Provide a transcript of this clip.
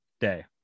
day